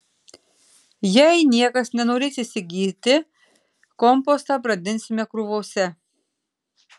jei niekas nenorės įsigyti kompostą brandinsime krūvose